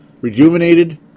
rejuvenated